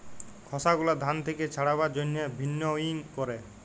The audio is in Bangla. খসা গুলা ধান থেক্যে ছাড়াবার জন্হে ভিন্নউইং ক্যরে